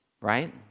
right